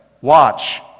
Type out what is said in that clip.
Watch